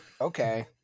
Okay